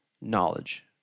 knowledge